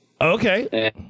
Okay